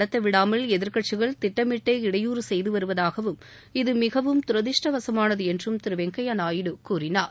நடத்தவிடாமல் எதிர்க்கட்சிகள் திட்டமிட்டே இடையூறு செய்து வருவதாகவும் அவையை இசு மிகவும் துரதிருஷ்டவசமானது என்றும் திரு வெங்கய்யா நாயுடு கூறினார்